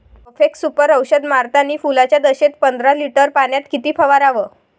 Profex Super औषध मारतानी फुलाच्या दशेत पंदरा लिटर पाण्यात किती फवाराव?